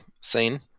scene